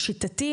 לשיטתי,